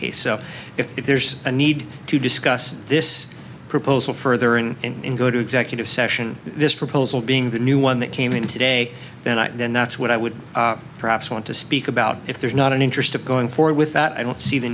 case so if there's a need to discuss this proposal further in and go to executive session this proposal being the new one that came in today then i then that's what i would perhaps want to speak about if there's not an interest of going forward with that i don't see the